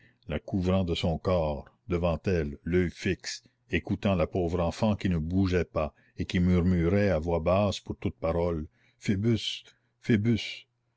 la couvrant de son corps devant elle l'oeil fixe écoutant la pauvre enfant qui ne bougeait pas et qui murmurait à voix basse pour toute parole